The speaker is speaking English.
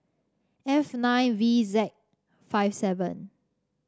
F nine V Z five seven